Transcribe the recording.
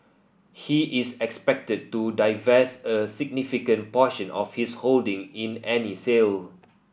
he is expected to divest a significant portion of his holding in any sale